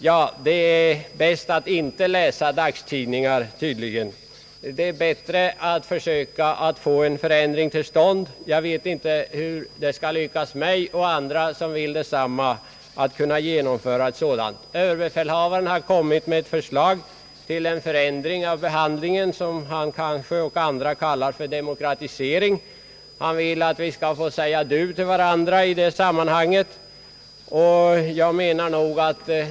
Det är tydligen bäst att inte läsa dagstidningar. Det är bättre att försöka att få en förändring till stånd. Jag vet inte hur det skall lyckas mig och andra som vill detsamma att genomföra något sådant. Överbefälhavaren har lagt fram ett förslag till förändring som han och andra kallar för demokratisering. Han vill att vi skall få säga du till varandra i sådana här sammanhang.